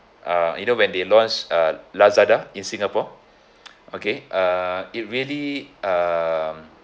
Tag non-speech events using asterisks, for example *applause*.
uh you know when they launched uh lazada in singapore *noise* okay uh it really err